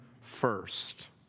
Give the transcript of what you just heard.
first